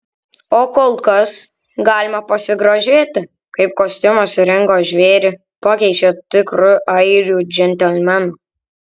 o kol kas galime pasigrožėti kaip kostiumas ringo žvėrį pakeičia tikru airių džentelmenu